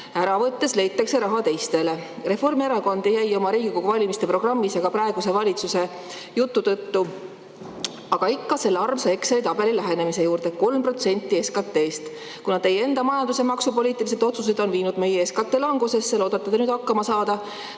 ära võttes leitakse raha teistele. Reformierakond jäi oma Riigikogu valimiste programmis ja ka praeguse valitsuse jutu järgi aga ikka selle armsa Exceli tabeli lähenemise juurde: 3% SKT-st. Kuna teie enda majandus- ja maksupoliitilised otsused on viinud SKT langusesse, loodate te nüüd hakkama saada